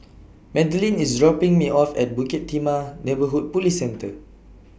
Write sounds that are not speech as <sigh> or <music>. <noise> Madlyn IS dropping Me off At Bukit Timah Neighbourhood Police Centre